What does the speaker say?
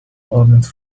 ornate